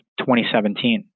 2017